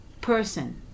person